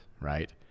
right